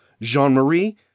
Jean-Marie